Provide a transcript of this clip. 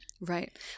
Right